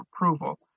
approval